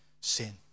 sin